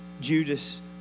judas